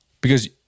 Because-